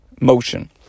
Motion